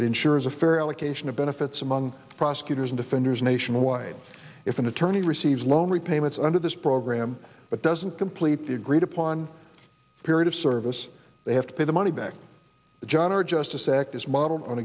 it ensures a fair allocation of benefits among prosecutors and offenders nationwide if an attorney receives loan repayments under this program but doesn't complete the agreed upon period of service they have to pay the money back to john or justice act is modeled on